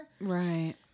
Right